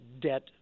debt